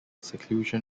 seclusion